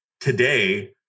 today